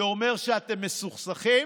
זה אומר שאתם מסוכסכים,